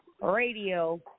radio